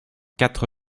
quatre